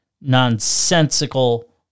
nonsensical